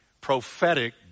prophetic